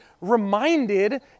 reminded